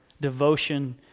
devotion